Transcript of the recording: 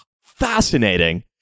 fascinating